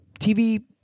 TV